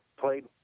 played